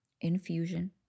infusion